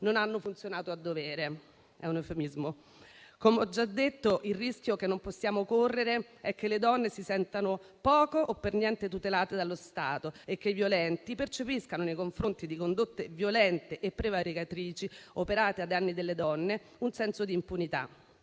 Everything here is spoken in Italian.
non hanno funzionato a dovere. È un eufemismo. Come ho già detto, il rischio che non possiamo correre è che le donne si sentano poco o per niente tutelate dallo Stato e che i violenti percepiscano un senso di impunità per le condotte violente e prevaricatrici operate ai danni delle donne. Non possiamo